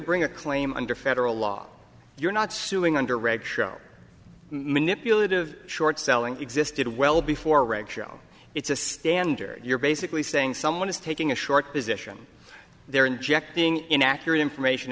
bring a claim under federal law you're not suing under reg manipulative short selling existed well before reg show it's a standard you're basically saying someone is taking a short position they're injecting inaccurate information